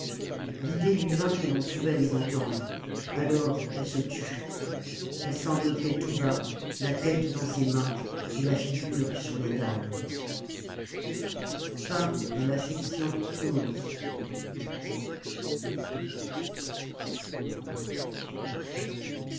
l'idée lui vint que l'on pouvait les entendre alors elle se tut elle sanglotait tout bas la tête dans ses mains et la figure sur les dalles